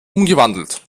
umgewandelt